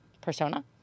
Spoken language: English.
persona